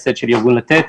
בארץ.